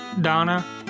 Donna